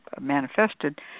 manifested